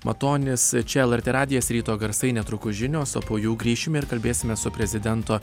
matonis čia lrt radijas ryto garsai netrukus žinios o po jų grįšim ir kalbėsimės su prezidento